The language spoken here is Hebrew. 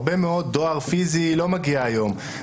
הרבה מאוד דואר פיזי לא מגיע היום.